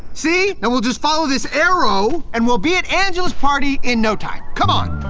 see? now we'll just follow this arrow and we'll be at angela's party in no time. come on.